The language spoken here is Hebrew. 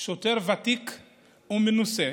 שוטר ותיק ומנוסה,